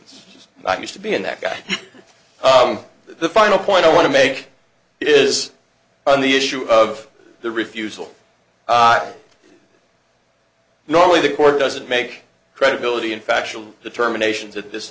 it's just not used to being that guy the final point i want to make is on the issue of the refusal normally the court doesn't make credibility in factual determination to this